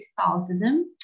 Catholicism